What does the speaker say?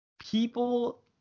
people